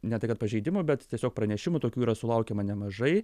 ne tai kad pažeidimų bet tiesiog pranešimų tokių yra sulaukiama nemažai